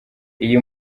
iyi